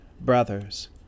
Brothers